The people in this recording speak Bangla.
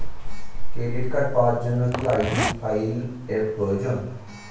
ক্রেডিট কার্ড পাওয়ার জন্য কি আই.ডি ফাইল এর প্রয়োজন?